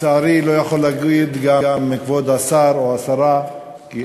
לצערי לא יכול להגיד גם כבוד השר או השרה, כי אין.